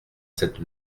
cette